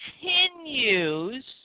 continues